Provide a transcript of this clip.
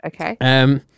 Okay